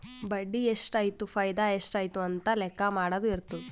ಬಡ್ಡಿ ಎಷ್ಟ್ ಆಯ್ತು ಫೈದಾ ಎಷ್ಟ್ ಆಯ್ತು ಅಂತ ಲೆಕ್ಕಾ ಮಾಡದು ಇರ್ತುದ್